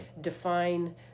define